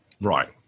Right